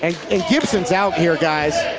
and and gibson's out here, guys.